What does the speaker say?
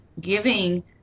giving